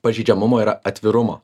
pažeidžiamumo ir atvirumo